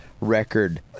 record